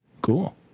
Cool